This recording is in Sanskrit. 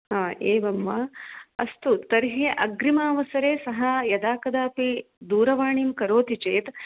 हा एवं वा अस्तु तर्हि अग्रिम अवसरे सः यदाकदापि दूरवाणीं करोति चेत्